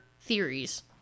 theories